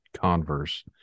Converse